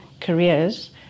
careers